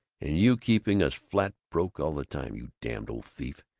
and you keeping us flat broke all the time, you damned old thief,